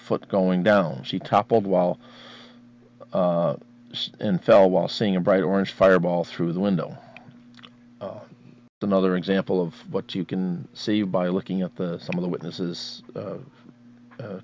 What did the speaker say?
foot going down she toppled while in fell while seeing a bright orange fireball through the window another example of what you can see by looking at the some of the witnesses